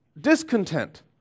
discontent